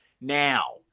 Now